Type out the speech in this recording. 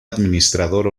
administrador